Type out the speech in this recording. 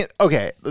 okay